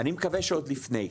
אני מקווה שעוד לפני.